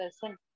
person